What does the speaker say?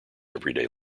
everyday